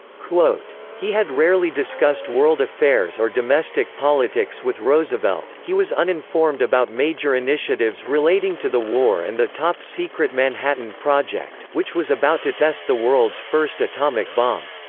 he had rarely discussed world affairs or domestic politics with roosevelt he was uninformed about major initiatives relating to the war and the top-secret manhattan project, which was about to test the world's first atomic bomb.